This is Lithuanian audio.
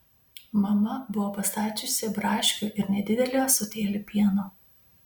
mama buvo pastačiusi braškių ir nedidelį ąsotėlį pieno